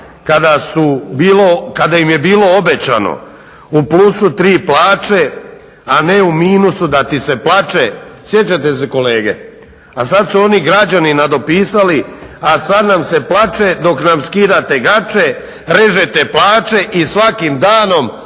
kada im je bilo obećano u plusu tri plaće, a ne u minusu da ti se plače. Sjećate se kolege? A sad su oni građani nadopisali a sad nam se plače dok nam skidate gaće, režete plaće i svakim da